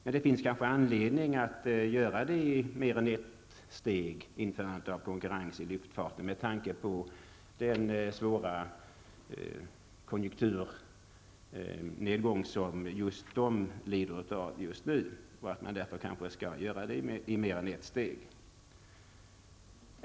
Men det finns kanske anledning att göra införandet av konkurrensen inom luftfarten i mer än ett steg, med tanke på den svåra konjunkturnedgång som dessa företag lider av just nu.